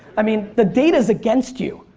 i mean the data's against you.